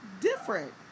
different